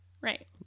Right